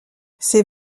ses